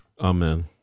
Amen